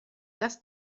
lass